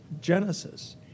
Genesis